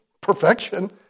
perfection